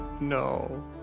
No